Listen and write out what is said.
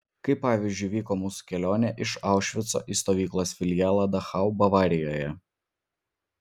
kaip pavyzdžiui vyko mūsų kelionė iš aušvico į stovyklos filialą dachau bavarijoje